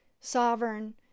sovereign